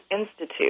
Institute